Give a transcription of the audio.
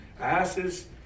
asses